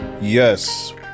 Yes